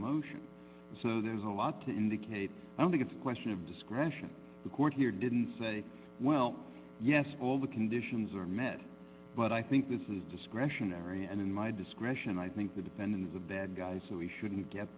motion so there's a lot to indicate i think it's a question of discretion the court here didn't say well yes all the conditions are met but i think this is discretionary and in my discretion i think the defendant is a bad guy so he shouldn't get